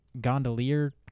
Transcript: gondolier